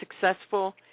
successful